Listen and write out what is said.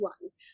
ones